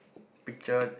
picture